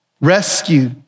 rescue